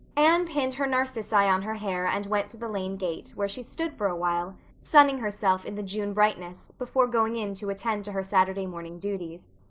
anne pinned her narcissi on her hair and went to the lane gate, where she stood for awhile sunning herself in the june brightness before going in to attend to her saturday morning duties.